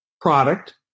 product